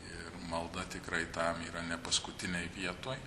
ir malda tikrai tam yra ne paskutinėj vietoj